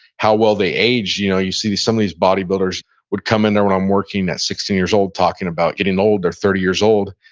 how well they age. you know you see some of these bodybuilders would come in there when i'm working at sixteen years old, talking about getting old. they're thirty years old,